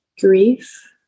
grief